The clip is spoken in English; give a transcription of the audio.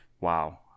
wow